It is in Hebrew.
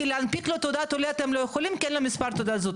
להנפיק לו תעודת עולה אתם לא יכולים כי אין לו מספר תעודת זהות.